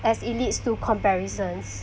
as it leads to comparisons